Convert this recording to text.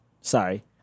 sorry